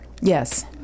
Yes